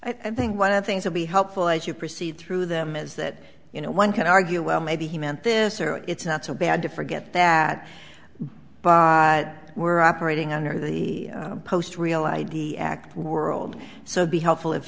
i think one of things will be helpful as you proceed through them is that you know one can argue well maybe he meant this or it's not so bad to forget that we're operating under the post real i d act world so be helpful if